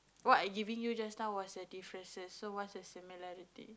what I giving you just now was the differences so what's the similarity